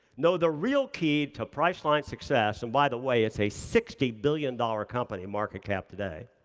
no, the real key to priceline success, and by the way, it's a sixty billion dollar company, market cap today.